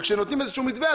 וכשנותנים איזשהו מתווה,